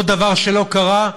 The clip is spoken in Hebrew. עוד דבר שלא קרה,